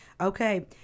okay